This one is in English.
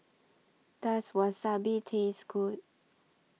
Does Wasabi Taste Good